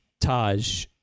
taj